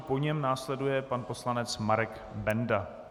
Po něm následuje pan poslanec Marek Benda.